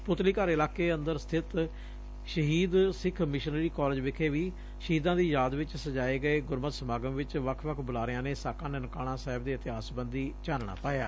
ਪੁਤਲੀਘਰ ਇਲਾਕੇ ਅੰਦਰ ਸਬਿਤ ਸ਼ਹੀਦ ਸਿੱਖ ਮਿਸ਼ਨਰੀ ਕਾਲਜ ਵਿਖੇ ਵੀ ਸ਼ਹੀਦਾਂ ਦੀ ਯਾਦ ਵਿਚ ਸਜਾਏ ਗਏ ਗੁਰਮਤਿ ਸਮਾਗਮ ਵਿਚ ਵੱਖ ਵੱਖ ਬੁਲਾਰਿਆਂ ਨੇ ਸਾਕਾ ਨਨਕਾਣਾ ਸਾਹਿਬ ਦੇ ਇਤਿਹਾਸ ਸਬੰਧੀ ਚਾਨਣਾ ਪਾਇਆ